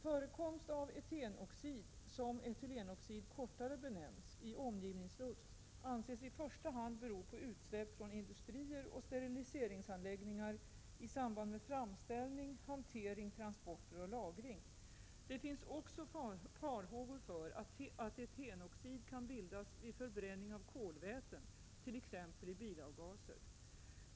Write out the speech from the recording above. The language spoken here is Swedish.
Förekomst av etenoxid, som etylenoxid kortare benämns, i omgivningsluft anses i första hand bero på utsläpp från industrier och steriliseringsanläggningar i samband med framställning, hantering, transporter och lagring. Det finns också farhågor för att etenoxid kan bildas vid förbränning av kolväten, t.ex. i bilavgaser.